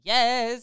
Yes